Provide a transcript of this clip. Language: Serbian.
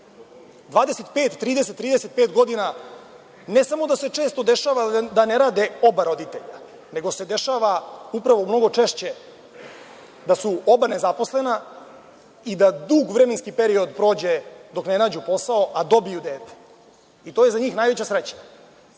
pet, 30, 35 godina, ne samo da se često dešava da ne rade oba roditelja, nego se dešava upravo mnogo češće da su oba nezaposlena i da dug vremenski period prođe dok ne dobiju posao, a dobiju dete. To je za njih najveća sreća.